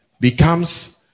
becomes